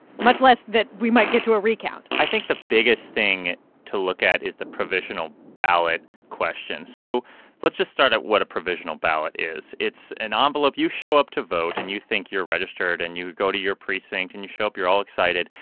much less that we might get to a recount? i think the biggest thing to look at is the provisional ballot question. so let's just start at what a provisional ballot is. it's an ah envelope you show up to vote and you think you're registered, and you go to your precinct, and you show up, you're all excited,